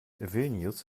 vilnius